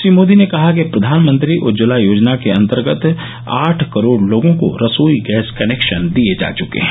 श्री मोदी ने कहा कि प्रधानमंत्री उज्जवला योजना के अंतर्गत आठ करोड़ लोगों को रसोई गैस कनेक्शन दिए जा चुके हैं